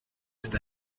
ist